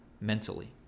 mentally